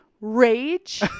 rage